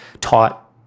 taught